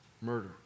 Murder